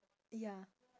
ya